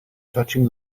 touching